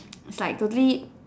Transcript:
it's like totally